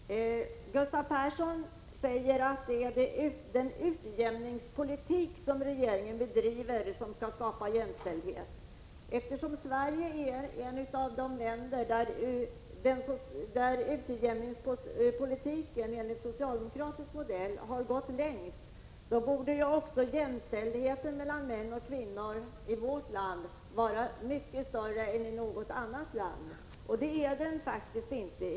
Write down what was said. Herr talman! Gustav Persson säger att det är den utjämningspolitik som regeringen bedriver som skall skapa jämställdhet. Eftersom Sverige är ett av de länder där utjämningspolitiken enligt socialdemokratisk modell har gått längst, borde också jämställdheten mellan män och kvinnor i vårt land vara mycket större än i något annat land. Men det är faktiskt inte så.